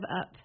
up